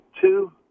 two